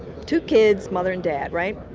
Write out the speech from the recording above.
two kids mother and dad, right.